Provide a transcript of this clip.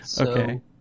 Okay